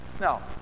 Now